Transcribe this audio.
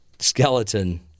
skeleton